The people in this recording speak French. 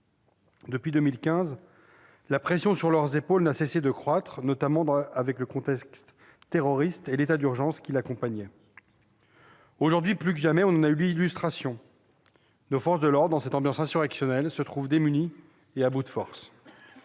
Depuis 2015, la pression sur leurs épaules n'a cessé de croître, notamment avec le contexte terroriste et l'état d'urgence qui l'accompagnait. Aujourd'hui, plus que jamais, on en a l'illustration. Nos forces de l'ordre, dans cette ambiance insurrectionnelle, se trouvent démunies et à bout de force.